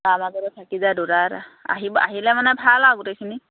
তাৰ মাজতে থাকি যায় দুটা এটা আহিলে মানে ভাল আৰু গোটেইখিনি